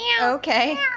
Okay